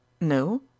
No